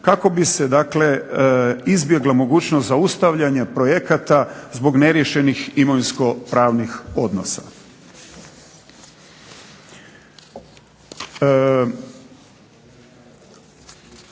Kako bi se izbjegla mogućnost zaustavljana projekata zbog neriješenih imovinsko-pravnih odnosa.